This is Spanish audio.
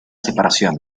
separación